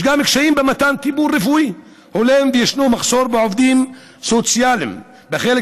יש גם קשיים במתן טיפול רפואי הולם וישנו מחסור בעובדים סוציאליים בחלק